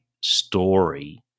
story